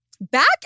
Back